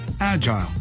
agile